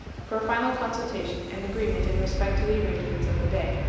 for a final consultation and agreement in respect to the arrangements of the day.